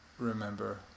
Remember